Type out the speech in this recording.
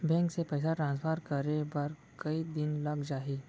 Bank से पइसा transfer करे बर कई दिन लग जाही?